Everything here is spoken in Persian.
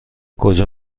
کجا